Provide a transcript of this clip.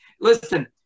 listen